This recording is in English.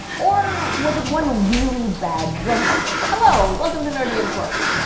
or was it one really bad drug trip? hello, welcome to nerdyandquirky,